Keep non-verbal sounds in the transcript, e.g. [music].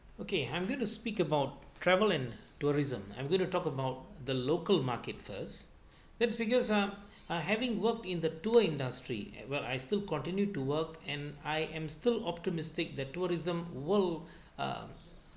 okay I'm going to speak about travel and tourism I'm going to talk about the local market first that's figures up ah having worked in the tour industry at well I still continue to work and I am still optimistic the tourism world [breath] um